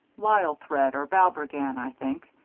lisle-thread or balbriggan, i think.